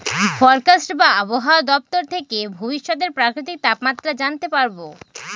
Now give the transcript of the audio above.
forecast বা আবহাওয়া দপ্তর থেকে ভবিষ্যতের প্রাকৃতিক তাপমাত্রা জানতে পারবো